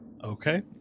Okay